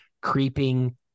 creeping